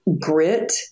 Grit